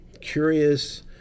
curious